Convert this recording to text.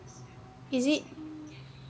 is it